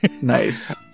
nice